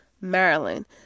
Maryland